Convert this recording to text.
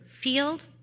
field